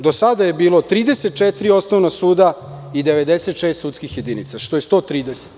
Do sada je bilo 34 osnovna suda i 96 sudskih jedinica, što je ukupno 130.